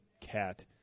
cat